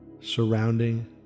surrounding